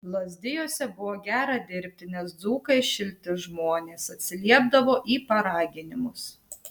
lazdijuose buvo gera dirbti nes dzūkai šilti žmonės atsiliepdavo į paraginimus